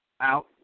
out